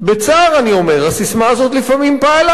בצער אני אומר, הססמה הזאת לפעמים פעלה,